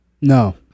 No